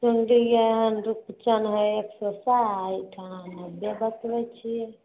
केहन हइ रुपचन हइ एक सओ साठि अहाँ हदे बतबै छिए